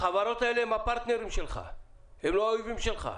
החברות האלה הם הפרטנרים שלך, הם לא האויבים שלך.